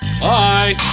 Bye